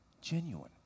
genuine